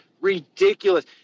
ridiculous